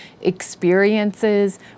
experiences